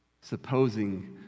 Supposing